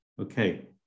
Okay